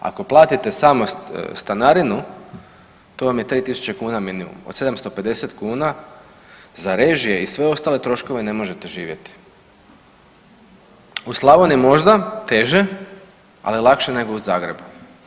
Ako platite samo stanarinu to vam je 3.000 kuna minimum, od 750 kuna za režije i sve ostale troškove ne možete živjeti u Slavoniji možda teže, ali lakše nego u Zagrebu.